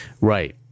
right